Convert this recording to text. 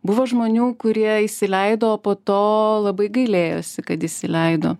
buvo žmonių kurie įsileido o po to labai gailėjosi kad įsileido